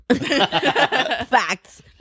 Facts